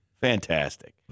Fantastic